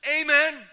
Amen